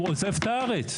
הוא עוזב את הארץ.